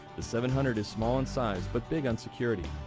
the seven hundred is small in size but big on security.